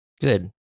Good